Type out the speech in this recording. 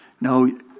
No